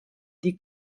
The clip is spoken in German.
die